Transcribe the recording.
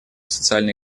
социально